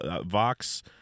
Vox